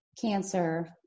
cancer